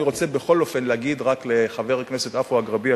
אני רוצה בכל אופן להגיד רק לחבר הכנסת עפו אגבאריה,